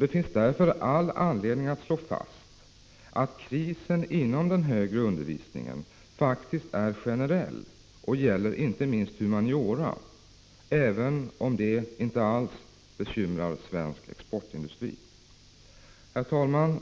Det finns därför all anledning att slå fast att krisen inom den högre undervisningen faktiskt är generell och gäller inte minst humaniora — även om detta inte alls bekymrar svensk exportindustri. Herr talman!